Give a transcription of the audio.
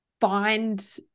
find